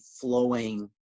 flowing